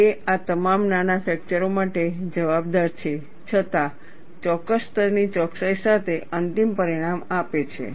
તે આ તમામ નાના ફેરફારો માટે જવાબદાર છે છતાં ચોક્કસ સ્તરની ચોકસાઇ સાથે અંતિમ પરિણામ આપે છે